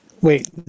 wait